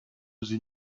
sie